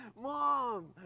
Mom